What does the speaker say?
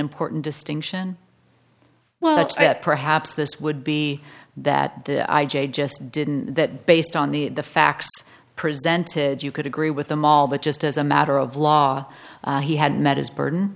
important distinction well perhaps this would be that that i just didn't that based on the facts presented you could agree with them all but just as a matter of law he had met his burden